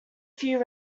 few